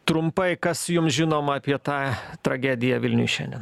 trumpai kas jums žinoma apie tą tragediją vilniuj šiandien